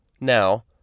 Now